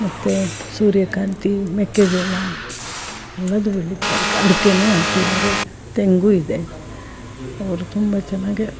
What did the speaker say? ಮತ್ತು ಸೂರ್ಯಕಾಂತಿ ಮೆಕ್ಕೆಜೋಳ ಎಲ್ಲದೂ ಬೆಳಿತಾರೆ ಅಡಿಕೆನೂ ಹಾಕಿದಾರೆ ತೆಂಗೂ ಇದೆ ಅವರು ತುಂಬ ಚೆನ್ನಾಗೇ